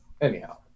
Anyhow